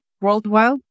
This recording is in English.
worldwide